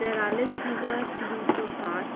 तेरालीस हज़ार तीन सौ साठ